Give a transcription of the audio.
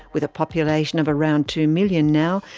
with a population of around two million now,